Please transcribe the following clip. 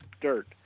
dirt